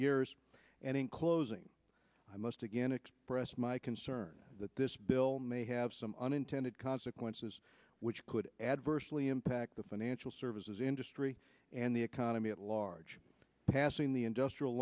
years and in closing i must again express my concern that this bill may have some unintended consequences which could adversely impact the financial services industry and the economy at large passing the industrial